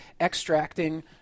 extracting